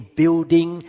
building